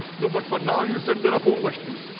no, but for now, you said there are four question